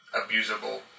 abusable